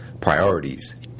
priorities